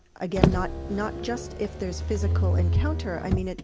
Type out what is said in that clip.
again, not not just if there's physical encounter i mean,